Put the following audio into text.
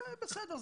זה בסדר,